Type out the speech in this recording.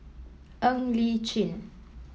Ng Li Chin